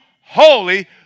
holy